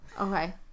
Okay